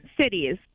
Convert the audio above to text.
cities